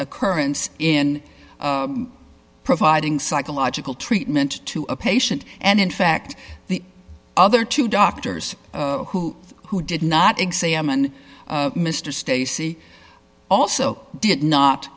occurrence in providing psychological treatment to a patient and in fact the other two doctors who who did not examined mr stacy also did not